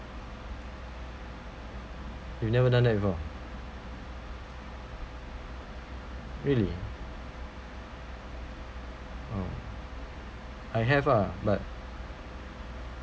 you never done that before really oh I have uh but